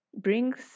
brings